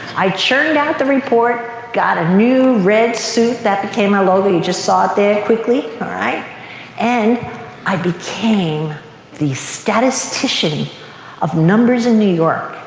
i churned out the report, got a new red suit that became our logo. you just saw it there quickly. and i became the statistician of numbers in new york.